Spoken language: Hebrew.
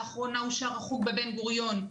לאחרונה אושר החוג בבן גוריון,